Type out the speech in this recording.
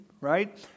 right